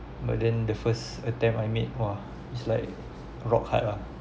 but then the first attempt I made !wah! it's like rock hard lah